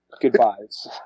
Goodbyes